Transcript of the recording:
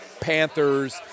panthers